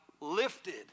lifted